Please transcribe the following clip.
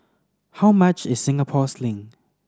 how much is Singapore Sling